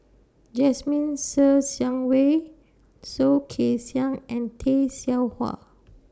Jasmine Ser Xiang Wei Soh Kay Siang and Tay Seow Huah